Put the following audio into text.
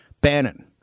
Bannon